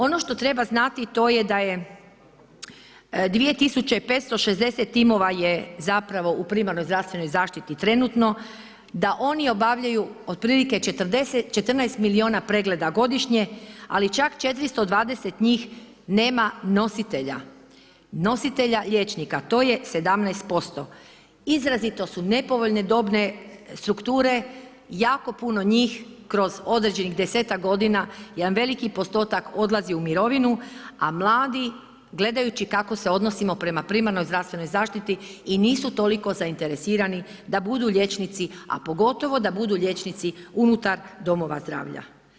Ono što treba znati to je da je 2560 timova je zapravo u primarnoj zdravstvenoj zaštiti trenutno, da oni obavljaju otprilike 14 milijuna pregleda godišnje ali čak 420 njih nema nositelja, nositelja liječnika, to je 17%. izrazitom su nepovoljne dobne strukture, jako puno njih kroz određenih 10-ak godina, jedan veliki postotak njih odlazi u mirovinu a mladi gledajući kako se odnosimo prema primarnoj zdravstvenoj zaštiti, i nisu toliko zainteresirani da budu liječnici a pogotovo da budu liječnici unutar domova zdravlja.